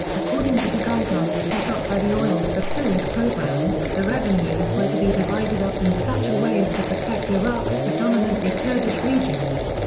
according to the guidelines set up by the oil-for-food programme, the revenues were to be divided up in such a way as to protect iraq's predominantly kurdish regions.